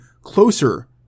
closer